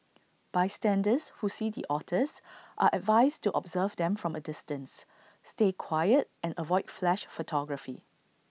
bystanders who see the otters are advised to observe them from A distance stay quiet and avoid flash photography